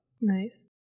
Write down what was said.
Nice